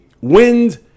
wind